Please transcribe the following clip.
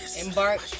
embark